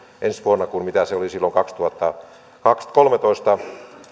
ensi vuonna jo enemmän kuin mitä se oli silloin kaksituhattakolmetoista